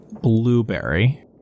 Blueberry